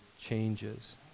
changes